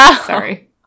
sorry